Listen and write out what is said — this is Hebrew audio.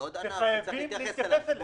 זה עוד ענף שצריך להתייחס אליו.